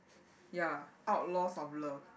ya outlaws of love